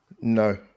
No